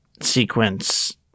sequence